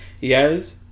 Yes